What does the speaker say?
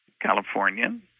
Californian